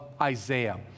Isaiah